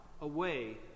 away